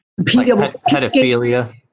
Pedophilia